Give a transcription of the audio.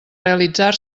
realitzar